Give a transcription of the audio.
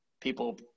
people